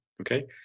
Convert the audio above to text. okay